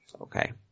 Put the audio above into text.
Okay